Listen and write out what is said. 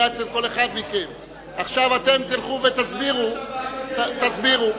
ואני בכל זאת קורא את התוצאות.